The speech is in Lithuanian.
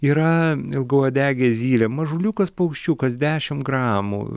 yra ilgauodegė zylė mažuliukas paukščiukas dešimt gramų